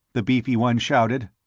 the beefy one shouted.